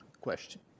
Question